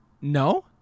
no